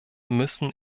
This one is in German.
müssen